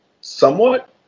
somewhat